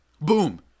Boom